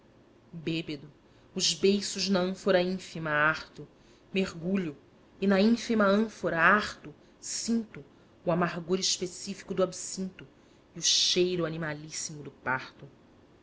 bêbedo os beiços na ânfora ínfima harto mergulho e na ínfima ânfora harto sinto o amargor específico do absinto e o cheiro animalíssimo do parto